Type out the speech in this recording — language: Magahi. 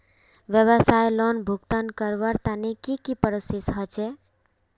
व्यवसाय लोन भुगतान करवार तने की की प्रोसेस होचे?